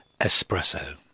Espresso